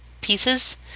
pieces